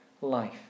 life